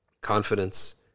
confidence